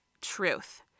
truth